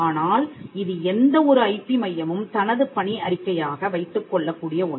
ஆனால் இது எந்த ஒரு ஐபி மையமும் தனது பணி அறிக்கையாக வைத்துக் கொள்ளக் கூடிய ஒன்று